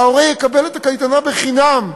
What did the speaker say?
ההורה יקבל את הקייטנה בחינם.